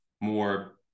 more